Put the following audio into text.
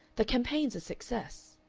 the campaign's a success.